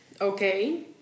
Okay